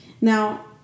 Now